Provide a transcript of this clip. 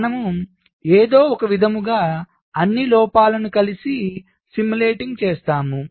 మనము ఏదో ఒకవిధంగా అన్ని లోపాలను కలిసి అనుకరిస్తున్నాము